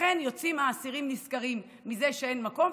לכן יוצאים האסירים נשכרים מזה שאין מקום,